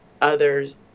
others